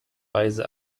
weise